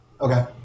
Okay